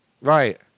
Right